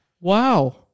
Wow